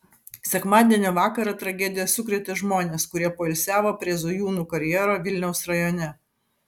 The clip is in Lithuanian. sekmadienio vakarą tragedija sukrėtė žmones kurie poilsiavo prie zujūnų karjero vilniaus rajone